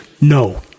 no